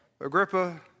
Agrippa